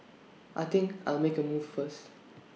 I think I'll make A move first